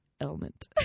element